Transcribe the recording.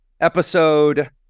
episode